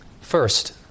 First